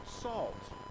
salt